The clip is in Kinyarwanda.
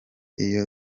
iyo